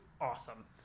awesome